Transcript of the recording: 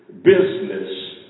business